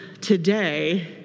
today